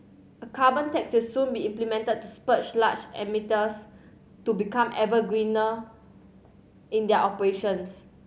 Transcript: a carbon tax will soon be implemented to spur large emitters to become ever greener in their operations